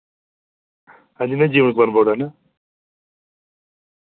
हांजी मैं जीवन कुमार बोल्ला ना